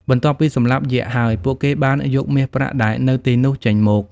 បន្ទាប់ពីសម្លាប់យក្សហើយ ពួកគេបានយកមាសប្រាក់ដែលនៅទីនោះចេញមក ។